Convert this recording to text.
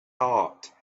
heart